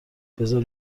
بزار